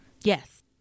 Yes